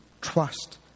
trust